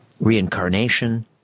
reincarnation